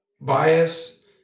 bias